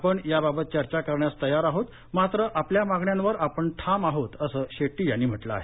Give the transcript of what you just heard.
आपण या बाबत चर्चा करण्यास तयार आहोत मात्र आपल्या मागण्यांवर आपण ठाम आहोत असं शेट्टी यांनी म्हटलं आहे